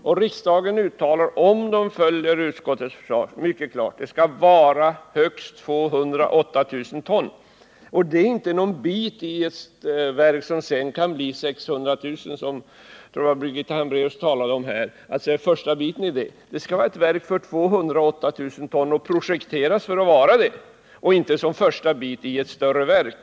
Och riksdagen uttalar därvid, om vi följer utskottets förslag, att produktionen skall ligga på högst 208 000 ton. Den produktionsvolymen är inte en bit på vägen mot en produktion som sedan kan bli 600 000 ton, som Birgitta Hambraeus ville göra gällande. Mediumvalsverket skall projekteras för en produktion på 208 000 ton, vilket alltså inte är första delen av en större produktion.